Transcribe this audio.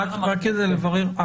רק כדי לברר.